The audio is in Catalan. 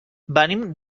venim